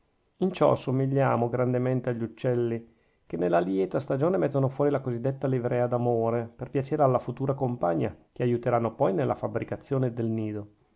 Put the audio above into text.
in ciò somigliamo grandemente agli uccelli che nella lieta stagione mettono fuori la cosidetta livrea d'amore per piacere alla futura compagna che aiuteranno poi nella fabbricazione del nido